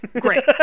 great